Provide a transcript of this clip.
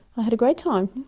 i had a great time.